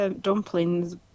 dumplings